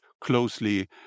closely